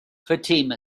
fatima